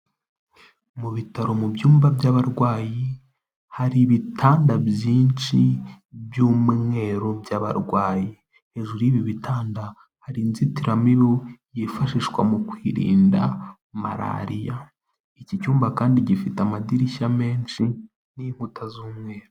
Mu bitaro mu byumba by'abarwayi hari ibitanda byinshi by'umweru by'abarwayi hejuru y'ibi bitanda hari inzitiramibu yifashishwa mu kwirinda marariya iki cyumba kandi gifite amadirishya menshi n'inkuta z'umweru.